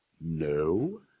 No